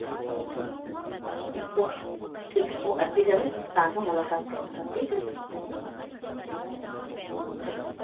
अच्छा ठीकु आहे ठीकु पोइ ठीकु आहे पोइ अची करे तव्हां खां मुलाकात कयूं था ठीकु आहे ठीकु हरि ओम